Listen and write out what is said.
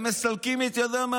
הם מסלקים את ידם.